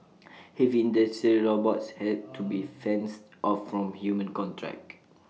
heavy industrial robots had to be fenced off from human contact